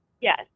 yes